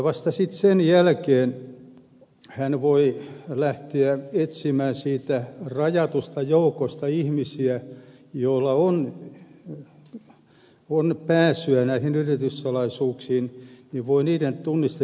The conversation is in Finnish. vasta sen jälkeen hän voi lähteä etsimään sen rajatun ihmisjoukon tunnistetiedoista jolla on pääsy yrityssalaisuuksiin ja voin ehkä tunnista